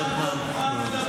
חבר